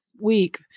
week